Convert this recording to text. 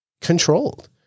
controlled